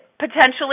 Potentially